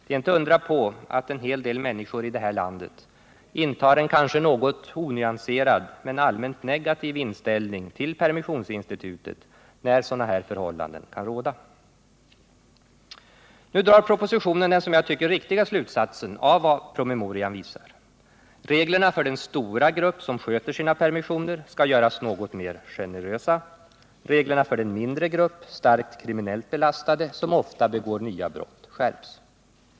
Det är inte att undra på att en hel del människor i det här landet intar en kanske något onyanserad men allmänt negativ inställning till permissionsinstitutet när sådana förhållanden kan råda. Nu drar propositionen den som jag tycker riktiga slutsatsen av vad promemorian visar. Reglerna för den stora grupp som sköter sina permissioner skall göras något mer generösa, medan reglerna för den mindre grupp av starkt kriminellt belastade, som ofta begår nya brott, skärps.